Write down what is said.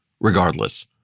regardless